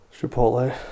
Chipotle